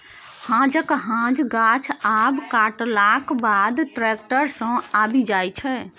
हांजक हांज गाछ आब कटलाक बाद टैक्टर सँ आबि जाइ छै